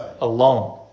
alone